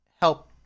help